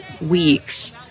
weeks